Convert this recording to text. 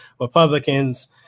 Republicans